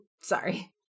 Sorry